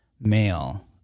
male